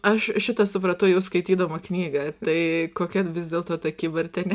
aš šitą supratau jau skaitydama knygą tai kokia vis dėlto ta kybartienė